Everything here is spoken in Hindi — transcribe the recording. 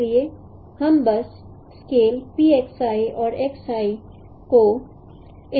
इसलिए हम बस स्केलऔर को इक्वेट नहीं कर सकते हैं